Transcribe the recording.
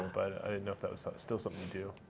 but i didn't know if that was still something you do.